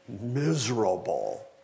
miserable